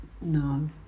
No